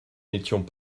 n’étions